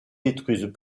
détruisent